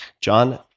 John